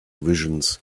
visions